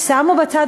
שמו בצד,